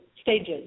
stages